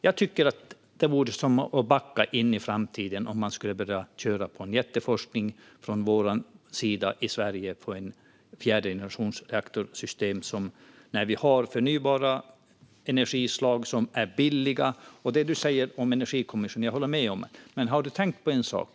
Jag tycker därför att det vore att backa in i framtiden om man från svensk sida skulle börja med en jätteforskning om ett fjärde generationens reaktorsystem, när vi har förnybara energislag som är billiga. Jag håller med om det du säger om Energikommissionen, men har du tänkt på en sak?